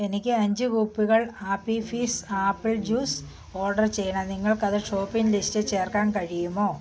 എനിക്ക് അഞ്ച് കുപ്പികൾ Appy Fizz apple juice order ചെയ്യണം നിങ്ങൾക്കത് ഷോപ്പിംഗ് ലിസ്റ്റിൽ ചേർക്കാൻ കഴിയുമോ